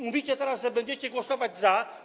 Mówicie teraz, że będziecie głosować za.